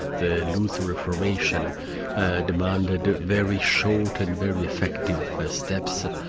the luther reformation demanded very short and very effective steps.